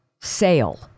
sale